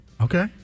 Okay